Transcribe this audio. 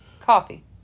coffee